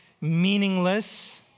meaningless